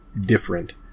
different